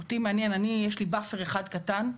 אני, יש לי באפר אחד קטן,